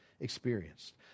experienced